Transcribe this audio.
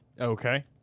Okay